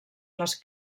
les